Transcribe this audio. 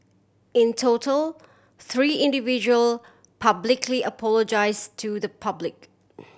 in total three individual publicly apologise to the public